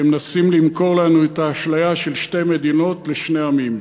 והם מנסים למכור לנו את האשליה של שתי מדינות לשני עמים.